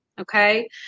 Okay